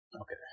Okay